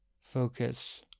Focus